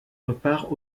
repart